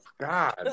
God